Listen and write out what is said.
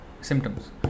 symptoms